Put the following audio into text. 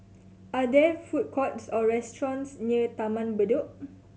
are there food courts or restaurants near Taman Bedok